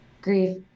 Grief